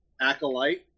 Acolyte